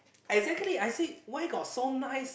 exactly I say where got so nice